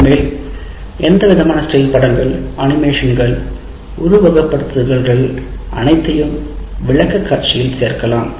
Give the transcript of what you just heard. அதற்கு மேல் எந்தவிதமான ஸ்டில் படங்கள் அனிமேஷன்கள் உருவகப்படுத்துதல்கள் அனைத்தையும் விளக்கக்காட்சியில் சேர்க்கலாம்